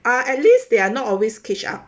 ah at least they are not always cage up